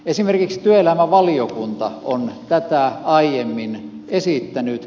esimerkiksi työelämävaliokunta on tätä aiemmin esittänyt